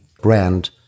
brand